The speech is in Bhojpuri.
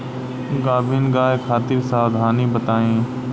गाभिन गाय खातिर सावधानी बताई?